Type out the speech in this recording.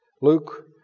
Luke